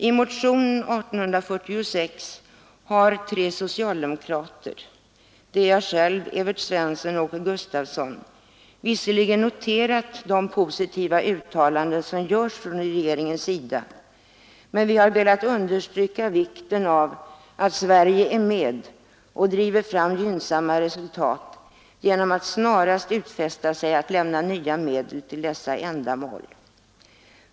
I motionen 1846 har tre socialdemokrater — jag själv, Evert Svensson i Kungälv och Åke Gustavsson i Nässjö — noterat de positiva uttalanden som görs från regeringens sida men ytterligare velat understryka vikten av att Sverige är med och driver fram gynnsammare resultat genom att snarast utfästa sig att lämna nya medel till dessa ändamål.